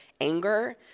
anger